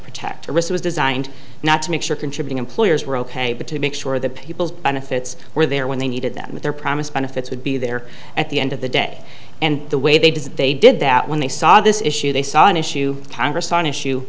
was designed not to make sure contribute employers were ok but to make sure that people's benefits were there when they needed them and their promised benefits would be there at the end of the day and the way they did that they did that when they saw this issue they saw an issue congress saw an issue